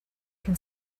can